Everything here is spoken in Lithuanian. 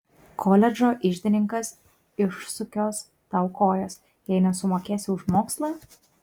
koledžo iždininkas išsukios tau kojas jei nesumokėsi už mokslą